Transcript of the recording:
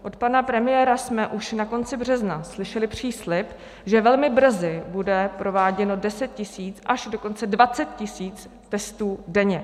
Od pana premiéra jsme už na konci března slyšeli příslib, že velmi brzy bude prováděno deset tisíc až dokonce dvacet tisíc testů denně.